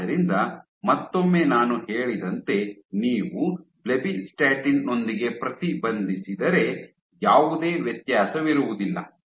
ಆದ್ದರಿಂದ ಮತ್ತೊಮ್ಮೆ ನಾನು ಹೇಳಿದಂತೆ ನೀವು ಬ್ಲೆಬಿಸ್ಟಾಟಿನ್ ನೊಂದಿಗೆ ಪ್ರತಿಬಂಧಿಸಿದರೆ ಯಾವುದೇ ವ್ಯತ್ಯಾಸವಿರುವುದಿಲ್ಲ